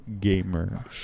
gamer